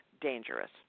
dangerous